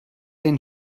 den